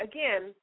Again